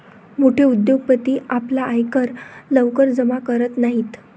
मोठे उद्योगपती आपला आयकर लवकर जमा करत नाहीत